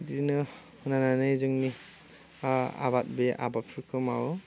बिदिनो होनानै जोंनि आबाद बे आबादफोरखौ मावो